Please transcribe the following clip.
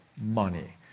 money